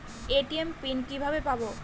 ATM pin কিভাবে পাবো?